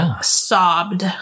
sobbed